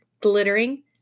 glittering